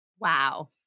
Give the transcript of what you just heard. Wow